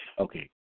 Okay